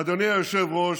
אדוני היושב-ראש,